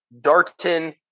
Darton